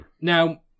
Now